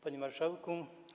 Panie Marszałku!